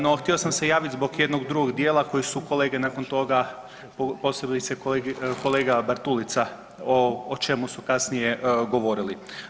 No htio sam se javit zbog jednog drugog dijela koji su kolege nakon toga, posebice kolega Bartulica o, o čemu su kasnije govorili.